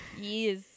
Yes